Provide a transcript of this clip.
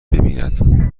ببیند